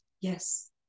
Yes